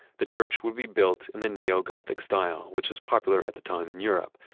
the church would be built in the neo-gothic style, which was popular at the time in europe.